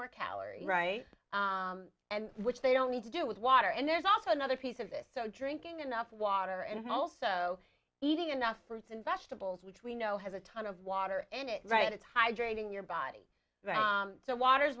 more calories right and which they don't need to do with water and there's also another piece of it so drinking enough water and also eating enough fruits and vegetables which we know has a ton of water and it right it's hydrating your body so water is